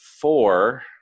four